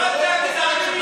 גזעני.